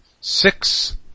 six